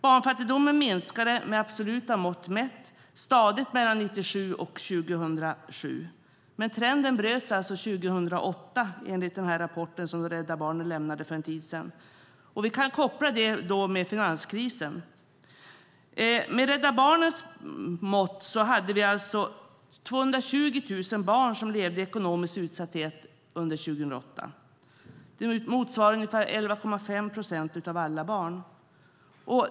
Barnfattigdomen minskade med absoluta mått mätt stadigt mellan 1997 och 2007, men trenden bröts 2008, enligt den rapport som Rädda Barnen lämnade för en tid sedan. Vi kan koppla det till finanskrisen. Med Rädda Barnens mått hade vi 220 000 barn som levde i ekonomisk utsatthet under 2008. Det motsvarar ungefär 11,5 procent av alla barn.